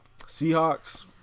seahawks